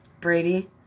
Brady